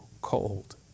cold